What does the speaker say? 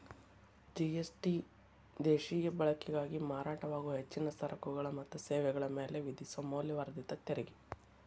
GST ದೇಶೇಯ ಬಳಕೆಗಾಗಿ ಮಾರಾಟವಾಗೊ ಹೆಚ್ಚಿನ ಸರಕುಗಳ ಮತ್ತ ಸೇವೆಗಳ ಮ್ಯಾಲೆ ವಿಧಿಸೊ ಮೌಲ್ಯವರ್ಧಿತ ತೆರಿಗಿ